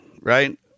Right